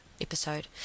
episode